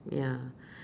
ya